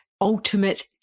Ultimate